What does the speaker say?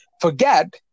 forget